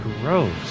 Gross